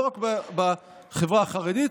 לא רק בחברה החרדית,